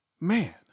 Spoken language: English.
man